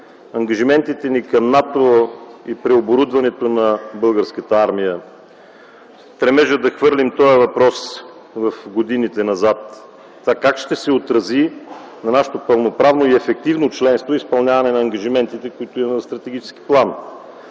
ангажиментите ни към НАТО и преоборудването на Българската армия, стремежа да хвърлим този въпрос в годините назад) това как ще се отрази на нашето пълноправно и ефективно членство и изпълняване на ангажиментите, които имаме в стратегически план?